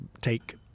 take